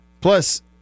Plus